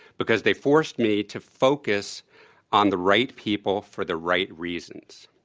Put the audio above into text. because they forced me to focus on the right people for the right reasons,